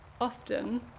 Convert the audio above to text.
often